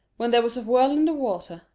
when there was a whirl in the water,